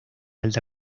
alta